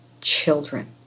children